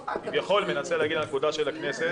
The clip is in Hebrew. כביכול מנסה להגן על כבודה של הכנסת,